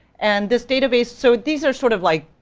and this database, so these are sort of like,